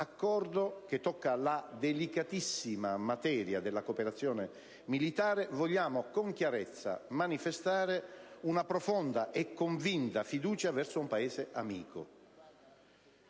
che tocca la delicatissima materia della cooperazione militare, vogliamo con chiarezza manifestare una profonda e convinta fiducia verso un Paese amico.